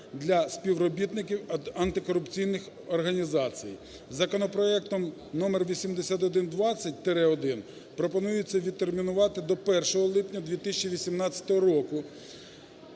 для співробітників антикорупційних організацій; законопроектом № 8120-1 пропонується відтермінувати до 1 липня 2018 року